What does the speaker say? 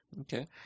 Okay